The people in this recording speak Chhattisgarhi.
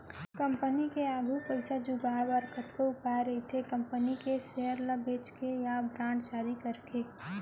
कंपनी के आघू पइसा जुगाड़ बर कतको उपाय रहिथे कंपनी के सेयर ल बेंच के या बांड जारी करके